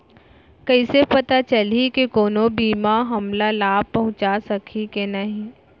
कइसे पता चलही के कोनो बीमा हमला लाभ पहूँचा सकही के नही